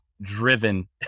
driven